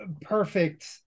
perfect